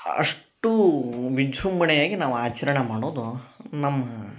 ಅಷ್ಟು ವಿಜೃಂಭಣೆಯಾಗಿ ನಾವು ಆಚರಣೆ ಮಾಡೋದು ನಮ್ಮ